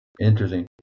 interesting